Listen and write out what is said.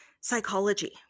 psychology